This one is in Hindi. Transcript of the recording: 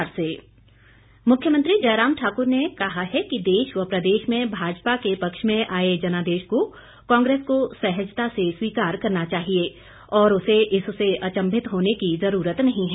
जयराम मुख्यमंत्री जयराम ठाकुर ने कहा है कि देश व प्रदेश में भाजपा के पक्ष में आए जनादेश को कांग्रेस को सहजता से स्वीकार करना चाहिए और उसे इससे अचंभित होने की ज़रूरत नहीं है